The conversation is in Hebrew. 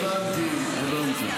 הבנתי, הבנתי, הבנתי.